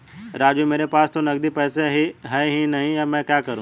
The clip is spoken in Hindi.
राजू मेरे पास तो नगदी पैसे है ही नहीं अब मैं क्या करूं